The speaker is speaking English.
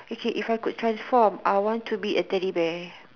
okay if I could transform I want to be a Teddy bear